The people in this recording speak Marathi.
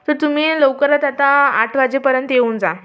तर तुम्ही लवकर येताता आठ वाजेपर्यंत येऊन जा